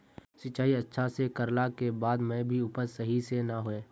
सिंचाई अच्छा से कर ला के बाद में भी उपज सही से ना होय?